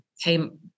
came